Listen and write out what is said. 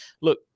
look